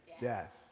death